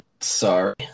Sorry